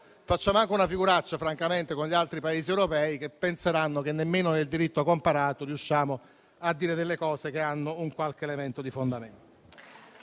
facciamo anche una figuraccia con gli altri Paesi europei che penseranno che nemmeno nel diritto comparato riusciamo a dire cose che hanno qualche elemento di fondamento.